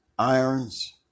Irons